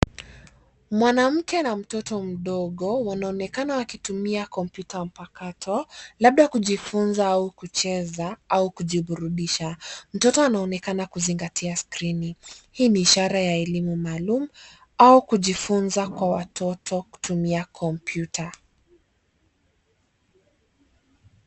Mwanamke na mtoto mdogo wanaonekana wakitumia kompyuta mpakato labda kujifunza au kucheza au kujiburudisha. Mtoto anaonekana kuzingatia skrini. Hii ni ishara ya elimu maalum au kujifunza kwa watoto kutumia kompyuta.